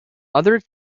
other